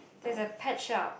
there's a pet shop